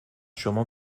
شما